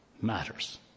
matters